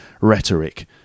rhetoric